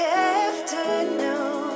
afternoon